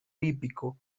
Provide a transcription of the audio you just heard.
hípico